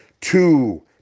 two